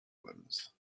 ones